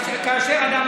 בושה וחרפה.